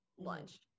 lunch